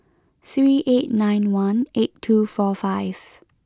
three eight nine one eight two four five